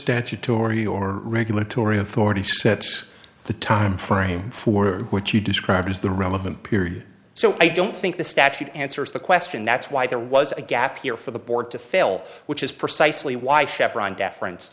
statutory or regulatory authority sets the timeframe for which you describe is the relevant period so i don't think the statute answers the question that's why there was a gap here for the board to fail which is precisely why chevron deference